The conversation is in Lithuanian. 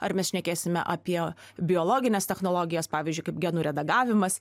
ar mes šnekėsime apie biologines technologijas pavyzdžiui kaip genų redagavimas